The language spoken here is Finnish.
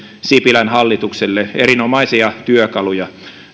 sipilän hallitukselle erinomaisia työkaluja